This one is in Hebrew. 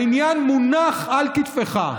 העניין מונח על כתפך.